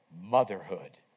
Motherhood